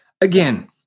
again